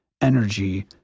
energy